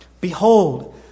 Behold